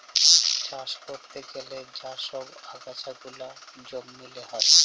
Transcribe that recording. চাষ ক্যরতে গ্যালে যা ছব আগাছা গুলা জমিল্লে হ্যয়